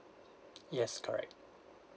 yes correct